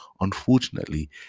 unfortunately